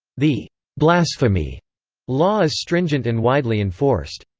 the blasphemy law is stringent and widely enforced.